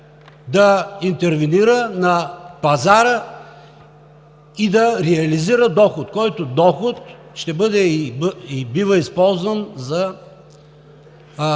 да интервенира на пазара и да реализира доход, който ще бъде и бива използван за